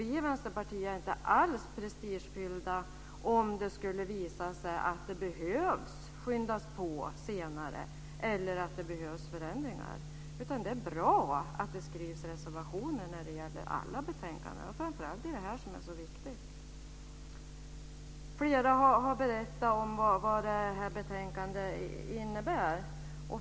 Vi i Vänsterpartiet är inte alls prestigefyllda om det skulle visa sig att man behöver skynda på senare eller att det behövs förändringar. Det är bra att det skrivs reservationer när det gäller alla betänkanden, och framför allt när det gäller det här betänkandet som är så viktigt. Flera har berättat om vad betänkandet innebär.